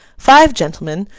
five gentlemen,